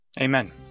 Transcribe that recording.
Amen